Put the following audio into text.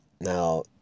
Now